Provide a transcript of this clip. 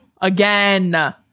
again